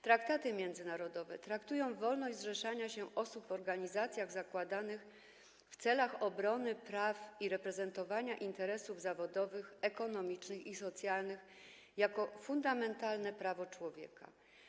Traktaty międzynarodowe traktują wolność zrzeszania się osób w organizacjach zakładanych w celach obrony praw i reprezentowania interesów zawodowych, ekonomicznych i socjalnych jako fundamentalne prawo człowieka.